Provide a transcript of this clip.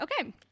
okay